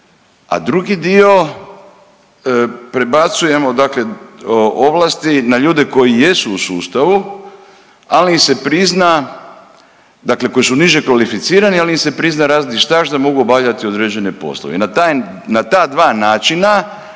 u sustavu, ali im se prizna dakle koji su niže kvalificirani ali im se prizna radni staž da mogu obavljati određene poslove. I na ta dva načina